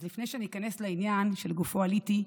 אז לפני שניכנס לעניין שלשמו עליתי,